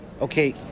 okay